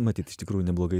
matyt iš tikrųjų neblogai